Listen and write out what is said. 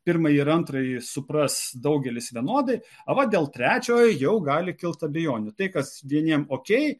pirmąjį ir antrąjį supras daugelis vienodai o vat dėl trečiojo jau gali kilt abejonių tai kas vieniem okei